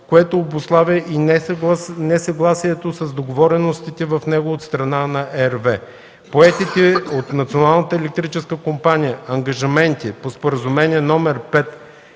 което обуславя и несъгласието с договореностите в него от страна на РВЕ. Поетите от Националната електрическа компания ангажименти по Споразумение № 5,